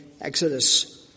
Exodus